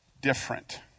Different